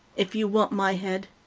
if you want my head,